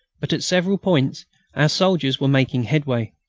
but at several points our soldiers were making headway.